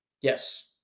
Yes